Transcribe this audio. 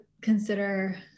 consider